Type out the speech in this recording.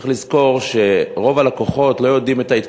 צריך לזכור שרוב הלקוחות לא יודעים מה הן